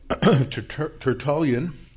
Tertullian